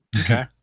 Okay